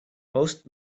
most